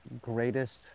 greatest